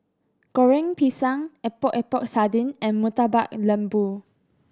Goreng Pisang Epok Epok Sardin and Murtabak Lembu